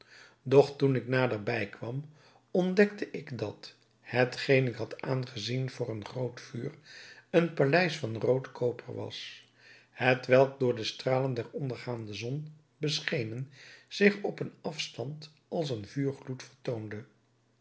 doch toen ik naderbij kwam ontdekte ik dat hetgeen ik had aangezien voor een groot vuur een paleis van rood koper was hetwelk door de stralen der ondergaande zon beschenen zich op een afstand als een vuurgloed vertoonde